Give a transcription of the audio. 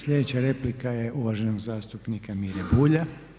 Sljedeća replika je uvaženog zastupnika Mire Bulja.